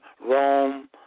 Rome